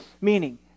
Meaning